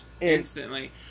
instantly